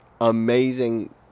amazing